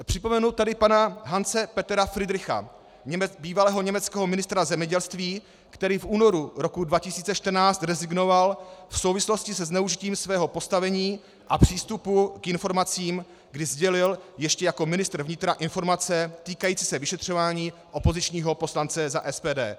Připomenu tady pana Hanse Petera Fridricha, bývalého německého ministra zemědělství, který v únoru roku 2014 rezignoval v souvislosti se zneužitím svého postavení a přístupu k informacím, kdy sdělil ještě jako ministr vnitra informace týkající se vyšetřování opozičního poslance za SPD.